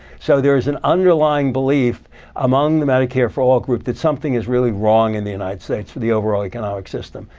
so there is an underlying belief among the medicare for all group that something is really wrong in the united states with the overall economic system,